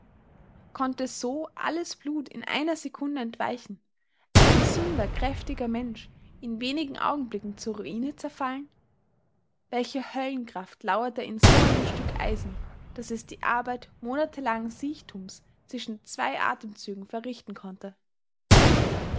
konnte so alles blut in einer sekunde entweichen ein gesunder kräftiger mensch in wenigen augenblicken zur ruine zerfallen welche höllenkraft lauerte in so einem stück eisen daß es die arbeit monatelangen siechtums zwischen zwei atemzügen verrichten konnte